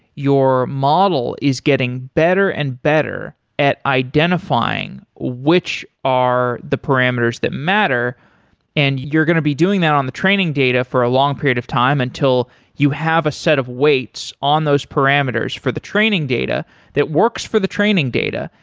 your model is getting better and better at identifying which are the parameters that matter and you're going to be doing that on the training data for a long period of time, until you have a set of weights on those parameters for the training data that works for the training data.